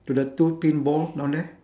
to the two pinball down there